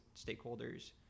stakeholders